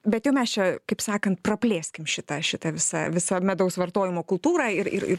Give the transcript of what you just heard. bet jau mes čia kaip sakant praplėskim šitą šitą visą visą medaus vartojimo kultūrą ir ir ir